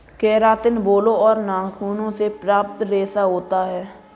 keratin बालों और नाखूनों से प्राप्त रेशा होता है